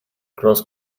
cross